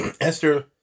Esther